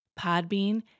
Podbean